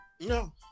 No